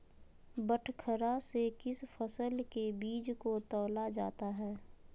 बटखरा से किस फसल के बीज को तौला जाता है?